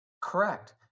correct